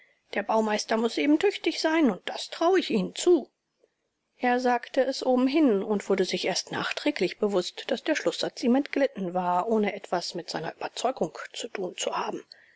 der baumeister muß eben tüchtig sein und das traue ich ihnen zu er sagte es obenhin und wurde sich erst nachträglich bewußt daß der schlußsatz ihm entglitten war ohne etwas mit seiner überzeugung zu tun zu haben